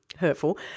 Hurtful